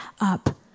up